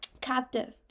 captive